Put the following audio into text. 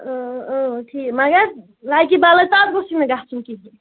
ٹھیٖک مگر لگیہِ بلایہِ تَتھ گوٚژھ نہٕ گَژھُن کِہیٖنٛۍ